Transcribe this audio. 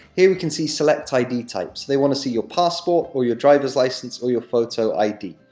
here we can see select id type. so, they want to see your passport, or your driver's license, or your photo id,